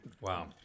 Wow